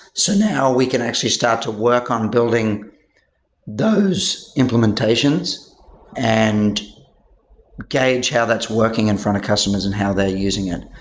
so now we can actually start to work on building those implementations and gauge how that's working in front of customers and how they're using it.